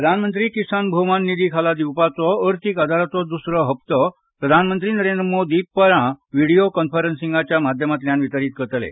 प्रधानमंत्री किसान भौमान निधी खाल दिवपाचो अर्थिक आदाराचो द्सरो हप्पो प्रधानमंत्री नरेंद्र मोदी परां व्हिडीओ कन्फ्रंसिंगाच्या माध्यमातल्यान वितरित करतले